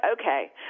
okay